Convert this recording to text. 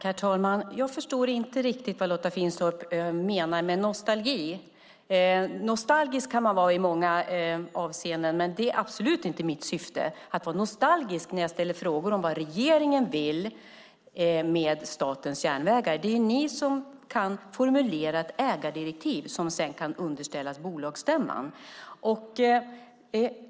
Herr talman! Jag förstod inte riktigt vad Lotta Finstorp menade med nostalgi. Nostalgisk kan man vara i många avseenden, men det är absolut inte mitt syfte att vara nostalgisk när jag ställer frågor om vad regeringen vill med Statens järnvägar. Det är ni som kan formulera ett ägardirektiv som sedan kan underställas bolagsstämman.